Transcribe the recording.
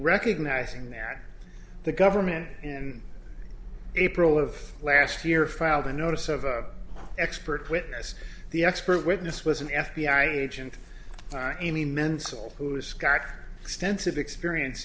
recognizing that the government and april of last year filed a notice of a expert witness the expert witness was an f b i agent amy menzel who's got extensive experience